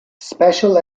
special